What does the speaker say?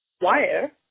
wire